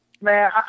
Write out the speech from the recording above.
Man